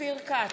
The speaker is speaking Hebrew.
אופיר כץ,